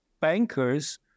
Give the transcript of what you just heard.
bankers